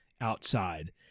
outside